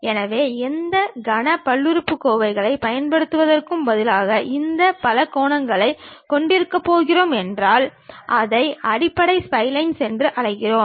எனவே எந்த கன பல்லுறுப்புக்கோவைகளைப் பயன்படுத்துவதற்குப் பதிலாக இந்த பலகோணங்களைக் கொண்டிருக்கப் போகிறோம் என்றால் அதை அடிப்படை ஸ்ப்லைன்ஸ் என்று அழைக்கிறோம்